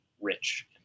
rich